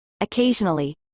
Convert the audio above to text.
Occasionally